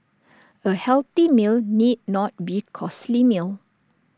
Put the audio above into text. A healthy meal need not be costly meal